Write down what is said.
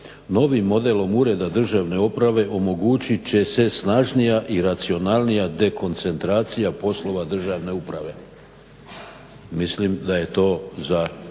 Novim modelom ureda državnom uprave omogućit će se snažnija i racionalnija dekoncentracija poslova državne uprave. Mislim da je to za